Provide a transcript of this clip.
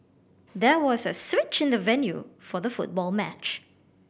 there was a switch in the venue for the football match